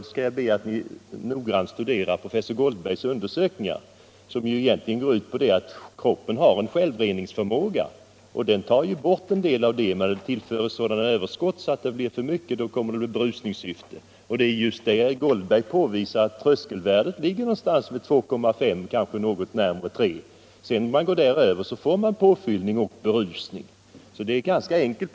Jag skall då be att ni noggrant studerar professor Goldbergs undersökningar, som visar att kroppen har en självreningsförmåga. Den tar bort en del av alkoholen. Men när det tillförs för mycket uppkommer en pderusningseffekt. Professor Goldberg påvisar att tröskelvärdet ligger någonstans mellan 2,5 och 3 ".. Går man därutöver får man berusning. Det är ganska enkelt.